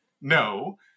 no